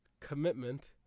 commitment